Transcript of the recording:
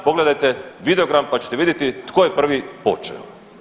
Pogledajte videogram pa ćete vidjeti tko je prvi počeo.